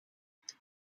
what